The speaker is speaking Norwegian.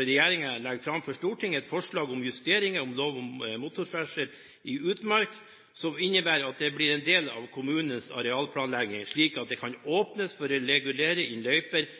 regjeringens side legger fram for Stortinget et forslag om justeringer i lov om motorferdsel i utmark. Dette innebærer at det blir en del av kommunenes arealplanlegging, slik at det kan åpnes for å regulere inn løyper